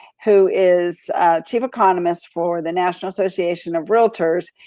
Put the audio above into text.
who is chief economist for the national association of realtors,